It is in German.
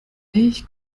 ich